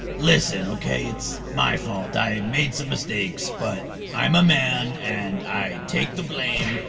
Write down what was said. listen, okay, it's my fault. i made some mistakes, but i'm a man, and i take the blame.